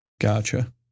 Gotcha